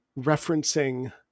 referencing